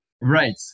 right